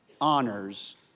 honors